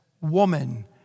woman